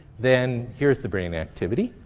then here's the brain activity.